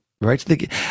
right